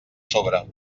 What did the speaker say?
sobre